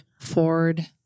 Ford